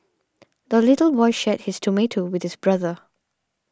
the little boy shared his tomato with his brother